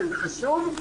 שזה חשוב,